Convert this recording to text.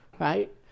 right